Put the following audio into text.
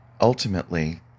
Ultimately